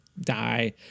die